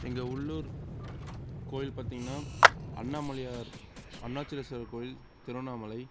இங்கே உள்ளூர் கோயில் பார்த்திங்கன்னா அண்ணாமலையார் அருணாச்சலேஸ்வரர் கோயில் திருவண்ணாமலை